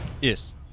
Yes